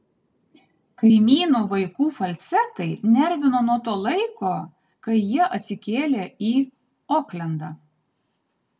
kaimynų vaikų falcetai nervino nuo to laiko kai jie atsikėlė į oklendą